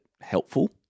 helpful